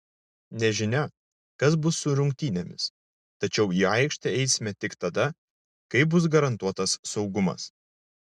nežinia kas bus su rungtynėmis tačiau į aikštę eisime tik tada kai bus garantuotas saugumas